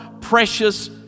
precious